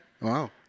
Wow